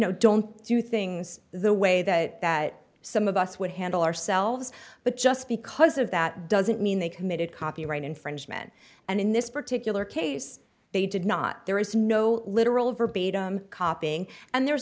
know don't do things the way that that some of us would handle ourselves but just because of that doesn't mean they committed copyright infringement and in this particular case they did not there is no literal verbatim copying and there